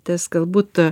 tas galbūt